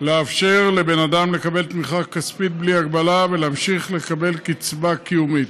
לאפשר לבן אדם לקבל תמיכה כספית בלי הגבלה ולהמשיך לקבל קצבה קיומית.